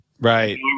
Right